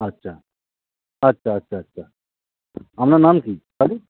আচ্ছা আচ্ছা আচ্ছা আচ্ছা আপনার নাম কী